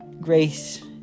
Grace